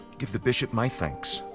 give the bishop my thanks.